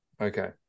Okay